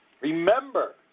Remember